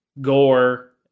gore